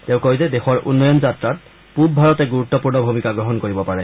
তেওঁ কয় যে দেশৰ উন্নয়ন যাত্ৰাত পূব ভাৰতে এক গুৰুত্বপূৰ্ণ ভূমিকা গ্ৰহণ কৰিব পাৰে